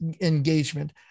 engagement